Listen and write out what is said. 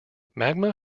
magma